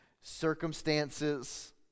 circumstances